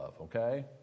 okay